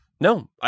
No